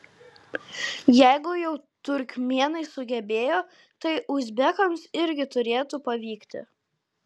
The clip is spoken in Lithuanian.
jeigu jau turkmėnai sugebėjo tai uzbekams irgi turėtų pavykti